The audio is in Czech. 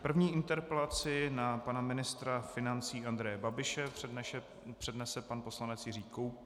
První interpelaci na pana ministra financí Andreje Babiše přednese pan poslanec Jiří Koubek.